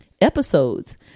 Episodes